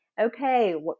okay